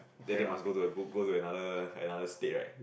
then then must go to a got to another another state right